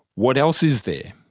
what else is there?